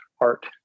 art